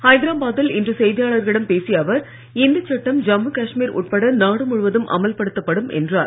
ஹைதரபாத்தில் இன்று செய்தியாளர்களிடம் பேசிய அவர் இந்த சட்டம் ஜம்மூ காஷ்மீர் உட்பட நாடு முழுவதும் அமல்படுத்தப்படும் என்றார்